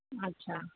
अच्छा